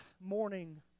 morning